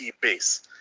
base